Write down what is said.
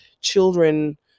children